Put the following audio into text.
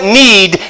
need